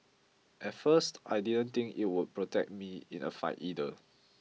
at first I didn't think it would protect me in a fight either